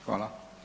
Hvala.